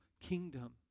kingdom